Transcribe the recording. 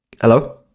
Hello